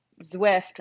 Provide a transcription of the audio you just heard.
Zwift